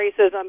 racism